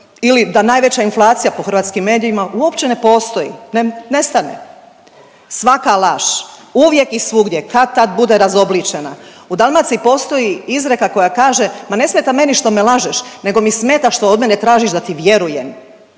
ili da najveća inflacija po hrvatskim medijima uopće ne postoji, nestane. Svaka laž uvijek i svugdje kad-tad bude razobličena. U Dalmaciji postoji izreka koja kaže, ma ne smeta meni što me lažeš nego mi smeta što od mene tražiš da ti vjerujem.